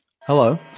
Hello